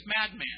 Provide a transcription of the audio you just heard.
madman